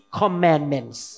commandments